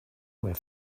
were